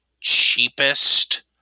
cheapest